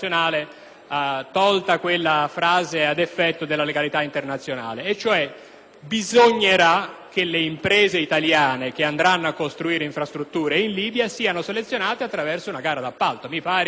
bisognerà che le imprese italiane che andranno a costruire infrastrutture in Libia siano selezionate attraverso una gara di appalto. Mi pare il minimo, visto che poi i terreni dove andranno a edificare potranno essere